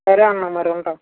సరే అన్న మరి ఉంటాను